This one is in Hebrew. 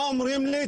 מה אומרים לי,